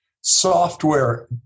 software